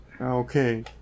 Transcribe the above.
okay